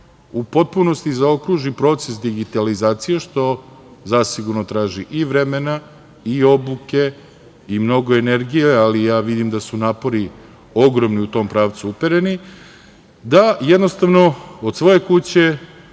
u potpunosti zaokruži proces digitalizacije, što zasigurno traži i vremena i obuke i mnogo energije, ali ja vidim da su napori ogromni u tom pravcu upereni da, jednostavno, od svoje kuće,